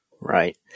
Right